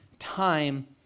time